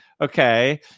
okay